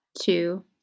two